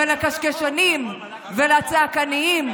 ולקשקשנים ולצעקניים,